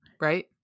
right